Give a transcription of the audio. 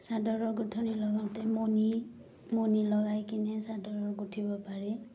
চাদৰৰ গোঁঠনি লগাওঁতে মণি মণি লগাই কিনে চাদৰৰ গুঠিব পাৰি